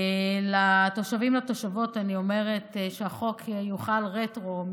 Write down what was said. לתושבים ולתושבות אני אומרת שהחוק יוחל רטרו,